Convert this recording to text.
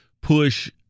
push –